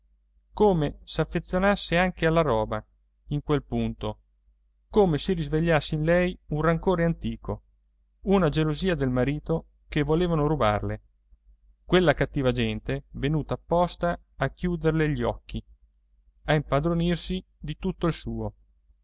spalle come s'affezionasse anche alla roba in quel punto come si risvegliasse in lei un rancore antico una gelosia del marito che volevano rubarle quella cattiva gente venuta apposta a chiuderle gli occhi a impadronirsi di tutto il suo